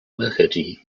mukherjee